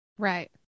right